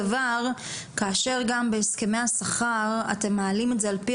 כי כרגע הפתרון לא פותר ובקורונה זה רק מחריף את הבעיה,